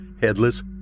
headless